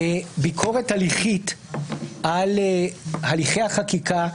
ביקורת תהליכית על הליכי החקיקה,